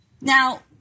Now